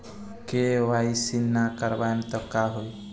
KYC ना करवाएम तब का होई?